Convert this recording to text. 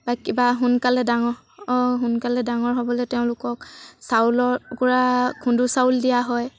বা কিবা সোনকালে ডাঙৰ হওক সোনকালে ডাঙৰ হ'বলৈ তেওঁলোকক চাউলৰপৰা খুন্দু চাউল দিয়া হয়